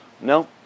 No